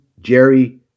Jerry